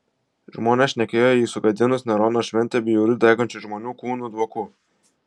žmonės šnekėjo jį sugadinus nerono šventę bjauriu degančių žmonių kūnų dvoku